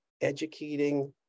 educating